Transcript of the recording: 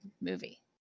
movie